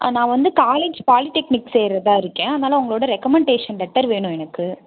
ஆ நான் வந்து college polytechnic சேருகிறதா இருக்கேன் அதனால் உங்களோடய ரெக்கமண்டேஷன் லெட்டர் வேணும் எனக்கு